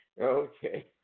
Okay